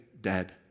dead